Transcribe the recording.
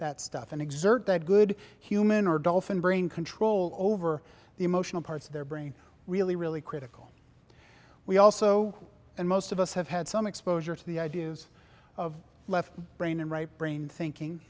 that stuff and exert that good human or dolphin brain control over the emotional parts of their brain really really critical we also and most of us have had some exposure to the ideas of left brain and right brain thinking